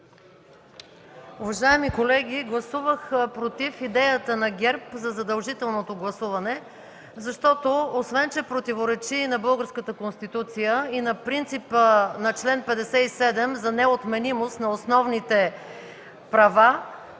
Уважаеми колеги, гласувах против идеята на ГЕРБ за задължителното гласуване, защото освен че противоречи на българската Конституция и на принципа на чл. 57 за неотменимост на основните права,